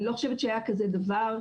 אני לא חושבת שהיה כזה דבר.